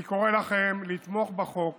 אני קורא לכם לתמוך בחוק